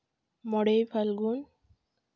ᱢᱚᱬᱮᱭ ᱯᱷᱟᱞᱜᱩᱱ